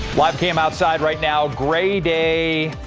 live cam outside right now gray day.